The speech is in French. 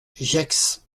gex